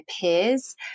peers